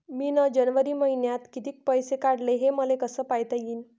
मिन जनवरी मईन्यात कितीक पैसे काढले, हे मले कस पायता येईन?